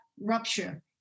rupture